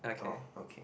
oh okay